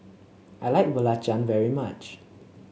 I like belacan very much